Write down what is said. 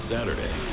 Saturday